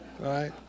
Right